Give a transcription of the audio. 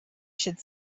should